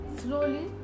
slowly